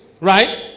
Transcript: right